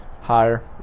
higher